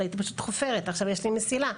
עכשיו יש לי מסילה.